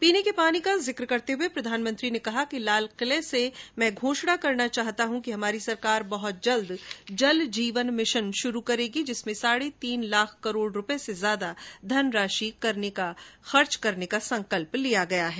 पीने के पानी का जिक्र करते हुए प्रधानमंत्री ने कहा कि लालकिले से मैं घोषणा करना चाहता हूं कि हमारी सरकार बहुत जल्द जल जीवन मिशन शुरू करेगी जिसमें साढ़े तीन लाख करोड़ रुपये से ज्यादा धनराशि खर्च करने का संकल्प लिया गया है